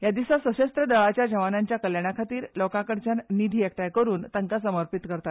ह्या दिसा सशस्त्र दळाच्या जवानांच्या कल्याणा खातीर लोकां कडल्यान निधी एकठांय करून तांकां समर्पीत करतात